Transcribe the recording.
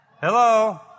Hello